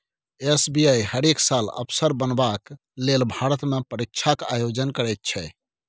SBI हरेक साल अफसर बनबाक लेल भारतमे परीक्षाक आयोजन करैत छै